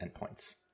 endpoints